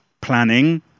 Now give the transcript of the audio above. planning